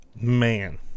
Man